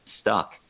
stuck